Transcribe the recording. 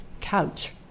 Couch